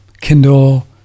Kindle